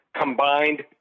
combined